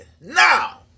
Now